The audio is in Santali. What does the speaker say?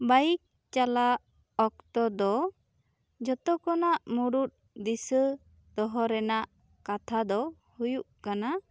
ᱵᱟᱭᱤᱠ ᱪᱟᱞᱟᱜ ᱚᱠᱛᱚ ᱫᱚ ᱡᱚᱛᱚ ᱠᱚᱱᱟᱜ ᱢᱩᱲᱩᱫ ᱫᱤᱥᱟᱹ ᱫᱚᱦᱚ ᱨᱮᱱᱟᱜ ᱠᱟᱛᱷᱟ ᱫᱚ ᱦᱩᱭᱩᱜ ᱠᱟᱱᱟ